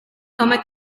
come